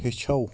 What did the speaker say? ہیٚچھو